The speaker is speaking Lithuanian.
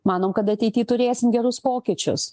manom kad ateity turėsim gerus pokyčius